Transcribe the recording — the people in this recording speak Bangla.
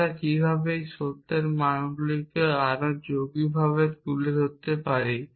আমরা কীভাবে এই সত্যের মানগুলিকে আরও যৌগগুলিতে তুলতে পারি